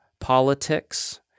politics